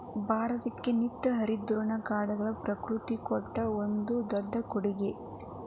ಭಾರತಕ್ಕೆ ನಿತ್ಯ ಹರಿದ್ವರ್ಣದ ಕಾಡುಗಳು ಪ್ರಕೃತಿ ಕೊಟ್ಟ ಒಂದು ದೊಡ್ಡ ಕೊಡುಗೆ